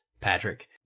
Patrick